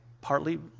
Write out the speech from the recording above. partly